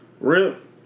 rip